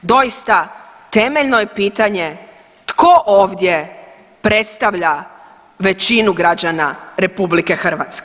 Doista temeljno je pitanje tko ovdje predstavlja većinu građana RH?